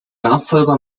nachfolger